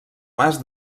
mas